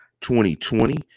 2020